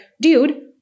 dude